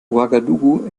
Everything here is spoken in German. ouagadougou